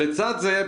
לצד זה,